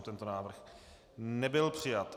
Tento návrh nebyl přijat.